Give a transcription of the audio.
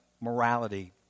Morality